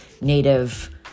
native